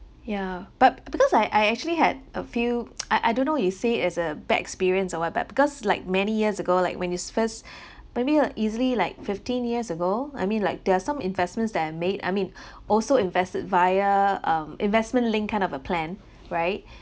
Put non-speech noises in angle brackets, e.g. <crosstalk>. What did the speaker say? ya but be~ because I I actually had a few <noise> I I don't know it say as a bad experience or what but because like many years ago like when it's first <breath> maybe like easily like fifteen years ago I mean like there are some investments that made I mean also invested via um investment linked kind of a plan right